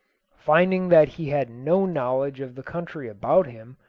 finding that he had no knowledge of the country about him,